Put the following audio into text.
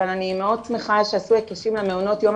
אבל אני מאוד שמחה שעשו הקשים למעונות היום